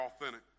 authentic